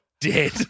dead